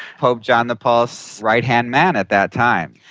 pope john paul's right-hand man at that time.